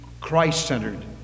Christ-centered